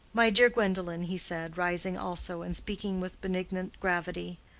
my dear gwendolen, he said, rising also, and speaking with benignant gravity,